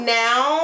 now